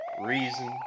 Reason